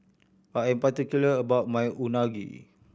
I am particular about my Unagi